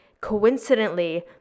coincidentally